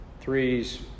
Threes